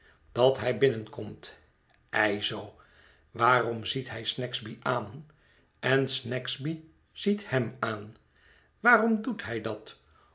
dat hij binnenkomt ei zoo waarom ziet hij snagsby aan en snagsby ziet hem aan waarom doet hij dat